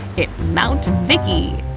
it's mount vicki!